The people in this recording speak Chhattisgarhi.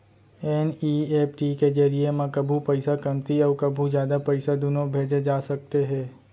एन.ई.एफ.टी के जरिए म कभू पइसा कमती अउ कभू जादा पइसा दुनों भेजे जा सकते हे